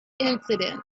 incidents